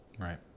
right